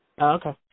Okay